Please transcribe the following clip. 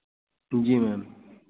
जी ma'am